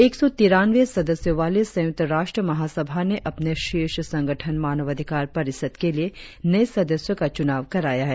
एक सौ तिरानंबे सदस्यों वाली संयुक्त राष्ट्र महासभा ने अपने शीर्ष संगठन मानवाधिकार परिषद के लिए नये सदस्यों का चुनाव कराया है